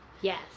Yes